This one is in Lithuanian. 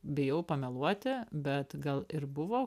bijau pameluoti bet gal ir buvo